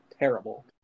terrible